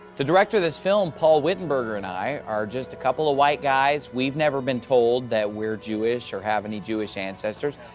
the director of this film, paul wittenberger, and i are just a couple of white guys. we've never been told that we're jewish or have any jewish ancestors,